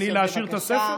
להשאיר את הספר?